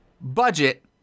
Budget